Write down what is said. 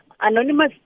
anonymous